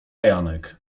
janek